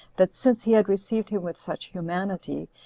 that since he had received him with such humanity,